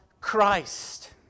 Christ